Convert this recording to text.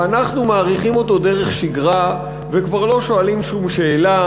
ואנחנו מאריכים אותו דרך שגרה וכבר לא שואלים שום שאלה,